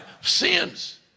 sins